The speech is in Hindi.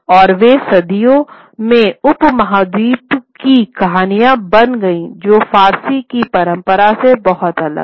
और वे सदियों से उपमहाद्वीपीय की कहानियां बन गईं जो फारसी की परंपरा से बहुत अलग है